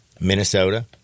Minnesota